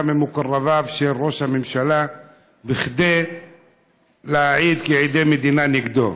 ממקורביו של ראש הממשלה כדי להעיד כעדי מדינה נגדו.